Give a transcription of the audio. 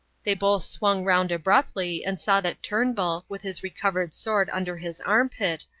they both swung round abruptly and saw that turnbull, with his recovered sword under his arm-pit,